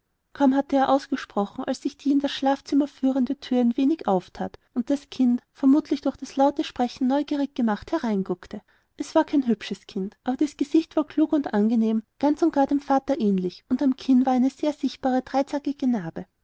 kaum hatte er ausgesprochen als sich die in das schlafzimmer führende thüre ein wenig aufthat und das kind vermutlich durch das laute sprechen neugierig gemacht hereinguckte es war kein hübsches kind aber das gesicht war klug und angenehm ganz und gar dem vater ähnlich und am kinn war die sehr sichtbare dreizackige narbe